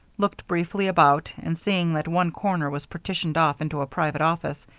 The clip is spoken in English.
looked briefly about, and seeing that one corner was partitioned off into a private office,